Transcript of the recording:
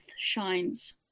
shines